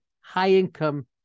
high-income